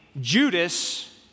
Judas